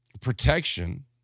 protection